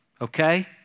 okay